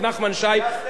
הוא ישב אתי,